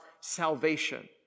salvation